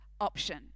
option